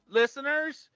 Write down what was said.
listeners